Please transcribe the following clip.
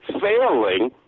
failing